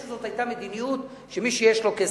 או שזאת היתה מדיניות שמי שיש לו כסף,